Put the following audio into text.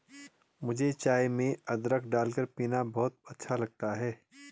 मुझे चाय में अदरक डालकर पीना बहुत अच्छा लगता है